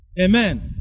Amen